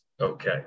okay